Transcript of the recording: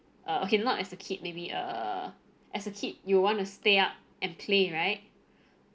uh okay not as a kid maybe err as a kid you want to stay up and play right